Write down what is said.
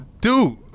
Dude